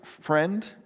friend